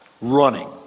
running